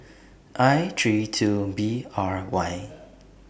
I three two B R Y